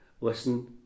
listen